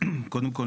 קודם כל,